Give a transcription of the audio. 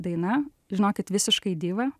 daina žinokit visiškai diva